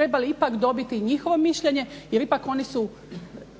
trebali ipak dobiti i njihovo mišljenje, jer ipak oni su